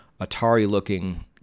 Atari-looking